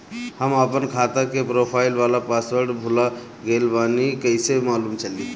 हम आपन खाता के प्रोफाइल वाला पासवर्ड भुला गेल बानी कइसे मालूम चली?